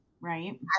Right